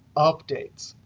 updates.